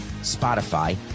Spotify